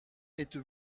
êtes